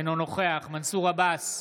אינו נוכח מנסור עבאס,